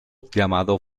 llamado